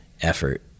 effort